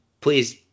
please